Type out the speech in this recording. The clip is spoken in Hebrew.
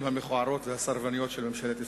המכוערות והסרבניות של ממשלת ישראל.